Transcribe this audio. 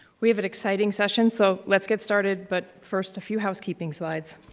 we have an exciting session, so let's get started, but first a few housekeeping slides.